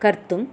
कर्तुं